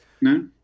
No